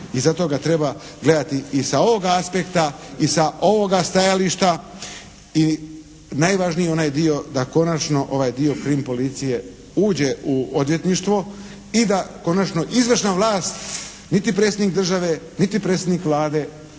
i zato ga treba gledati i sa ovog aspekta i sa ovog stajališta i najvažniji je onaj dio da konačno ovaj dio Krim policije uđe u odvjetništvo i da konačno izvršna vlast niti Predsjednik države niti predsjednik Vlade nemaju